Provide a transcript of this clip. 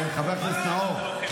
חבר הכנסת נאור,